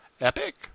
Epic